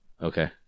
Okay